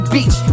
Beach